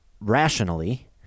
rationally